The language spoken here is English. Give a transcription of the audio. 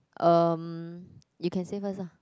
um you can say first lah